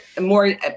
more